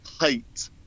hate